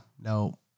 no